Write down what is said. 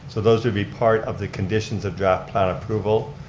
so those would be part of the conditions of draft plan approval,